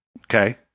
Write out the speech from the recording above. Okay